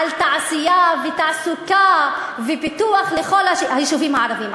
על תעשייה ותעסוקה ופיתוח לכל היישובים הערביים.